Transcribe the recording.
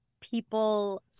people